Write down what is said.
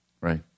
Right